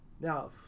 Now